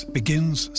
begins